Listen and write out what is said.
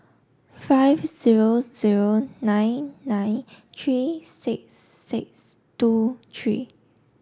five zero zero nine nine three six six two three